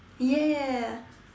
yes